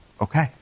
okay